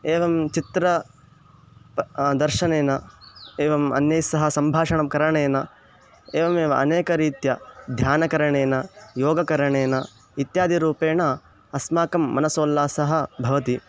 एवं चित्र दर्शनेन एवम् अन्यैस्सह सम्भाषणं करणेन एवमेव अनेकरीत्या ध्यानकरणेन योगकरणेन इत्यादिरूपेण अस्माकं मनसोल्लासः भवति